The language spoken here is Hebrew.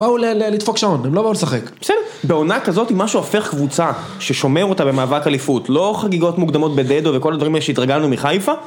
באו לדפוק שעון, הם לא באו לשחק. בסדר. בעונה כזאת אם משהו הופך קבוצה ששומר אותה במאבק אליפות, לא חגיגות מוקדמות בדדו וכל הדברים האלה שהתרגלנו מחיפה...